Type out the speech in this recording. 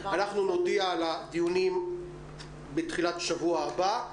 נודיע על הדיונים בתחילת השבוע הבא.